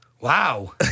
Wow